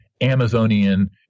amazonian